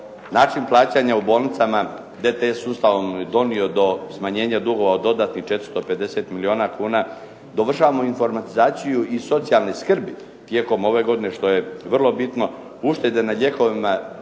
način plaćanja u bolnicama DTS sustavom je donio do smanjenja dugova od dodatnih 450 milijuna kuna. Dovršavamo informatizaciju i socijalne skrbi tijekom ove godine što je vrlo bitno.